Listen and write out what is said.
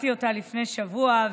שקראתי לפני שבוע,